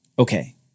Okay